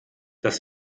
das